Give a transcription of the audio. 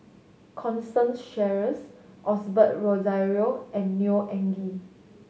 Constance Sheares Osbert Rozario and Neo Anngee